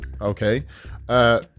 okay